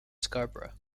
scarborough